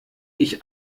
ich